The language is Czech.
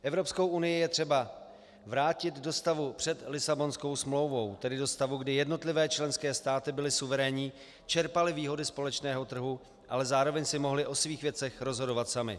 Evropskou unii je třeba vrátit do stavu před Lisabonskou smlouvou, tedy do stavu, kdy jednotlivé členské státy byly suverénní, čerpaly výhody společného trhu, ale zároveň si mohly o svých věcech rozhodovat samy.